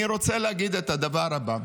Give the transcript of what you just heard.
אני רוצה להגיד את הדבר הבא,